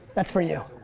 that's for you.